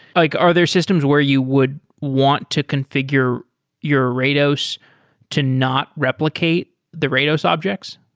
like are there systems where you would want to configure your rados to not replicate the rados objects?